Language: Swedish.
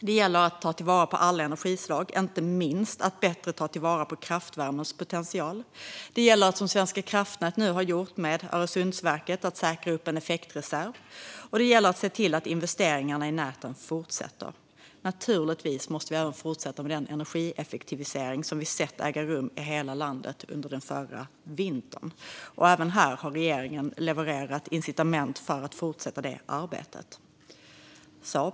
Det gäller att ta vara på alla energislag, inte minst att bättre ta vara på kraftvärmens potential. Det gäller att, som Svenska kraftnät nu har gjort med Öresundsverket, säkra upp en effektreserv, och det gäller att se till att investeringarna i näten fortsätter. Naturligtvis måste vi även fortsätta med den energieffektivisering som vi såg äga rum i hela landet under förra vintern. Även här har regeringen levererat incitament för att fortsätta det arbetet.